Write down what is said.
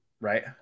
Right